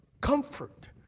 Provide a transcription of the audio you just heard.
comfort